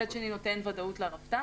מצד שני הוא נותן ודאות לרפתן